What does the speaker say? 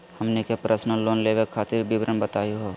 हमनी के personal loan लेवे खातीर विवरण बताही हो?